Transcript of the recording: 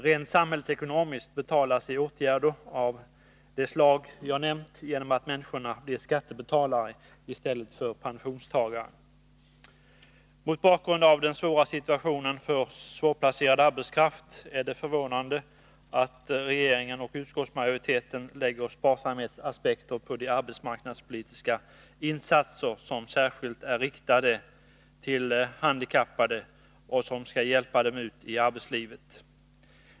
Rent samhällsekonomiskt betalar sig åtgärder av det slag jag nämnt genom att människorna blir skattebetalare i stället för pensionstagare. Mot bakgrund av den svåra situationen för svårplacerad arbetskraft är det förvånande att regeringen och utskottsmajoriteten lägger sparsamhetsaspekter på de arbetsmarknadspolitiska insatser som särskilt är riktade till handikappade och som skall hjälpa dem ut i arbetslivet.